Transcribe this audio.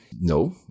No